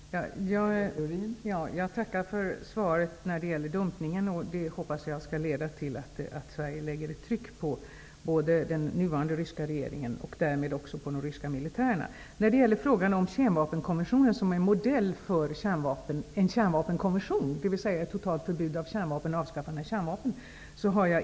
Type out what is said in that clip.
Fru talman! Jag tackar för svaret när det gäller dumpningen. Det hoppas jag skall leda till att Sverige utövar tryck på den nuvarande ryska regeringen och därmed också de ryska militärerna. Jag har ingenting som helst emot att kemvapenkonventionen skall vara modell för en konvention om ett totalförbud mot kärnvapen och avskaffande av kärnvapen.